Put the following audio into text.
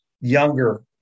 younger